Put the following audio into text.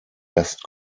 best